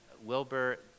Wilbur